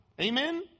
Amen